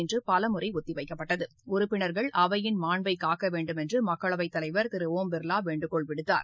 இன்று பலமுறை ஒத்தி வைக்கப்பட்டது உறுப்பினர்கள் அவையின் மாண்பை காக்க வேண்டுமென்று மக்களவைத் தலைவர் திரு ஓம் பிர்லா வேண்டுகோள் விடுத்தார்